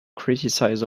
criticize